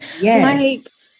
Yes